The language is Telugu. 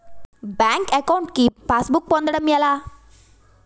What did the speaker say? బ్యాంక్ అకౌంట్ కి పాస్ బుక్ పొందడం ఎలా?